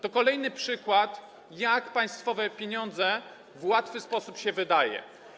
To kolejny przykład, jak państwowe pieniądze w łatwy sposób się wydaje.